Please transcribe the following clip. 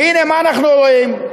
והנה, מה אנחנו רואים?